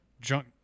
junk